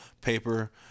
paper